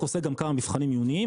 עושה גם כמה מבחנים עיוניים,